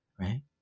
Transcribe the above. right